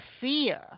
fear